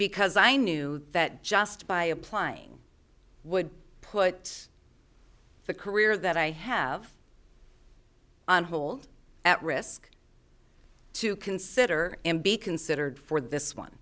because i knew that just by applying would put the career that i have on hold at risk to consider and be considered for this one